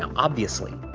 um obviously,